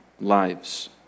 lives